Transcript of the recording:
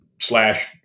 slash